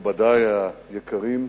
מכובדי היקרים,